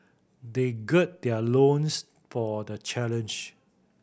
they gird their loins for the challenge